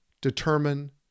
determine